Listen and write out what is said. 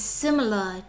similar